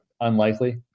unlikely